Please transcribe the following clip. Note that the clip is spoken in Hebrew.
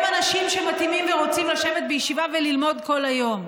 הם אנשים שמתאימים ורוצים לשבת בישיבה וללמוד כל היום.